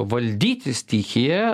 valdyti stichiją